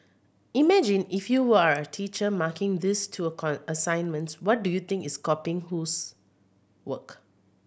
imagine if you are a teacher marking these two assignments who do you think is copying whose work